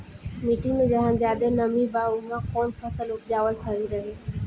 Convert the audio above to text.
मिट्टी मे जहा जादे नमी बा उहवा कौन फसल उपजावल सही रही?